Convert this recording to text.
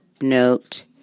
note